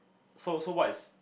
so so wise